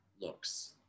looks